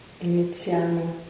iniziamo